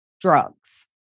drugs